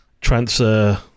transfer